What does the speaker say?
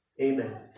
Amen